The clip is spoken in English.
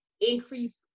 increase